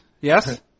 Yes